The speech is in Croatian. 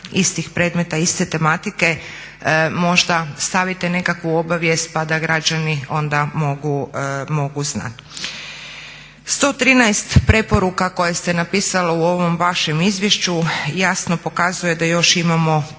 istih predmeta, iste tematike možda stavite nekakvu obavijest pa da građani onda mogu znat. 113 preporuka koje ste napisali u ovom vašem izvješću jasno pokazuje da još imamo